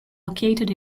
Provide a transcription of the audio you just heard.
located